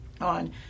on